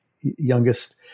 youngest